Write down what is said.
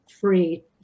free